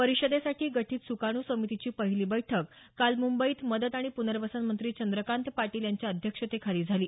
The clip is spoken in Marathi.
परिषदेसाठी गठित सुकाणू समितीची पहिली बैठक काल मुंबईत मदत आणि प्नर्वसन मंत्री चंद्रकांत पाटील यांच्या अध्यक्षतेखाली झाली